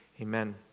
amen